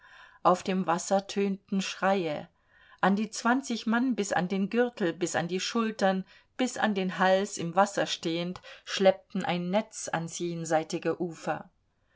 auf dem wasser tönten schreie an die zwanzig mann bis an den gürtel bis an die schultern bis an den hals im wasser stehend schleppten ein netz ans jenseitige ufer